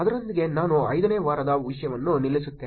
ಅದರೊಂದಿಗೆ ನಾನು 5 ನೇ ವಾರದ ವಿಷಯವನ್ನು ನಿಲ್ಲಿಸುತ್ತೇನೆ